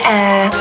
air